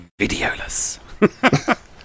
videoless